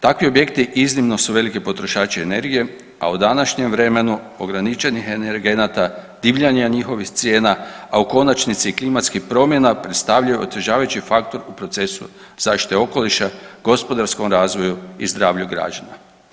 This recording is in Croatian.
Takvi objekti iznimno su veliki potrošači energije, a u današnjem vremenu ograničenih energenata divljanje njihovih cijena, a u konačnici i klimatskih promjena predstavljaju otežavajući faktor u procesu zaštite okoliša, gospodarskom razvoju i zdravlju građana.